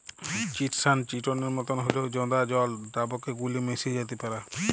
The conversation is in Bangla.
চিটসান চিটনের মতন হঁল্যেও জঁদা জল দ্রাবকে গুল্যে মেশ্যে যাত্যে পারে